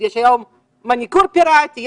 יש היום מניקור פיראטי,